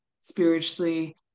spiritually